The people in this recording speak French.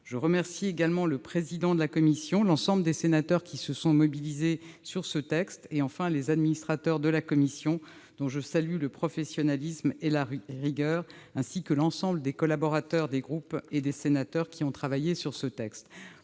Je salue également M. le président de la commission, l'ensemble des sénateurs qui se sont mobilisés sur ce texte, les administrateurs de la commission, dont je sais le professionnalisme et la rigueur, ainsi que l'ensemble des collaborateurs des groupes et des sénateurs qui ont travaillé sur ce texte.